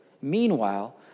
Meanwhile